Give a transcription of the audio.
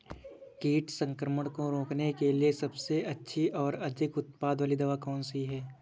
कीट संक्रमण को रोकने के लिए सबसे अच्छी और अधिक उत्पाद वाली दवा कौन सी है?